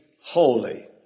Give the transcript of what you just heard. holy